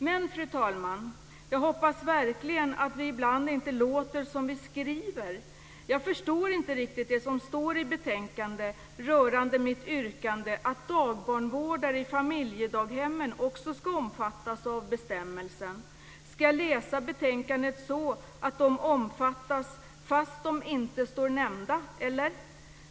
Men, fru talman, jag hoppas verkligen att vi inte låter som vi skriver. Jag förstår inte riktigt det som står i betänkandet rörande mitt yrkande, att dagbarnvårdare i familjedaghemmen också ska omfattas av bestämmelsen. Ska jag läsa betänkandet så att de omfattas, fastän de inte står nämnda, eller?